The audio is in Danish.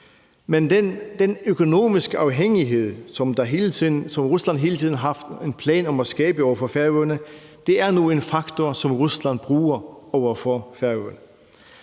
men den økonomiske afhængighed, som Rusland hele tiden har haft en plan om at skabe for Færøerne, er nu en faktor, som Rusland bruger over for Færøerne.